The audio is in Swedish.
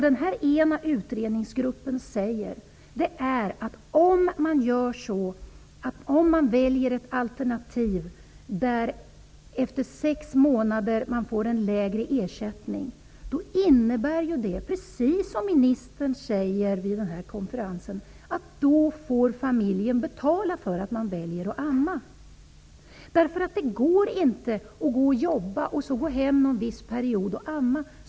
Den ena utredningsgruppen säger att familjen, om det blir ett alternativ som innebär en lägre ersättning efter sex månader, får betala för att den väljer att amma -- precis som socialministern sade vid den här presskonferensen. När man jobbar kan man inte gå hem vissa perioder för att amma.